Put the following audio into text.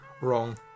wrong